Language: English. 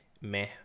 meh